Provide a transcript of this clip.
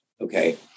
Okay